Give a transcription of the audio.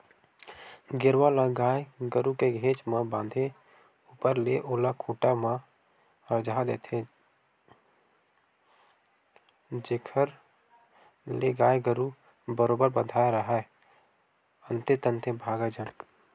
गेरवा ल गाय गरु के घेंच म बांधे ऊपर ले ओला खूंटा म अरझा दे जाथे जेखर ले गाय गरु ह बरोबर बंधाय राहय अंते तंते भागय झन